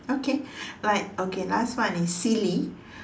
okay like okay last one is silly